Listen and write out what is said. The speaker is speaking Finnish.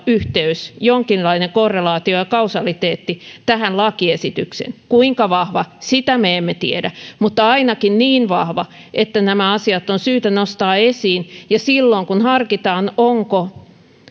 yhteys jonkinlainen korrelaatio ja kausaliteetti tähän lakiesitykseen kuinka vahva sitä me emme tiedä mutta ainakin niin vahva että nämä asiat on syytä nostaa esiin ja silloin kun harkitaan onko